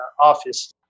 office